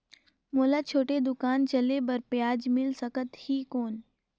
मोला छोटे दुकान चले बर ब्याज मिल सकत ही कौन?